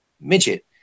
midget